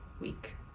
week